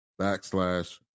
backslash